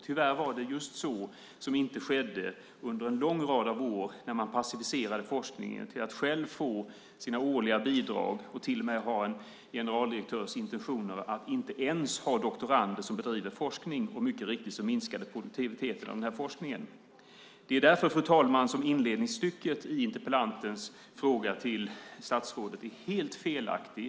Tyvärr var det just det som inte skedde under en lång rad av år när man passiviserade forskningen till att själv få sina årliga bidrag och med en generaldirektör med intentionen att inte ens ha doktorander som bedriver forskning. Mycket riktigt så minskade produktiviteten av den forskningen. Det är därför, fru talman, som inledningsstycket i interpellantens fråga till statsrådet är helt felaktigt.